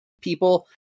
people